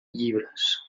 llibres